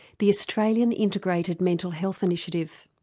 the australian integrated mental health initiative.